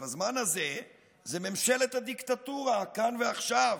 בזמן הזה זו ממשלת הדיקטטורה כאן ועכשיו,